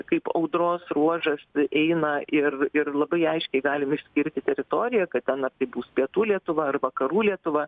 kaip audros ruožas eina ir ir labai aiškiai galim išskirti teritoriją kad ten ar tai bus pietų lietuva ar vakarų lietuva